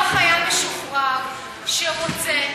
כל חייל משוחרר שרוצה,